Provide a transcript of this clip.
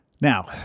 Now